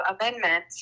amendment